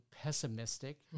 pessimistic